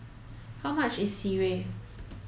how much is Sireh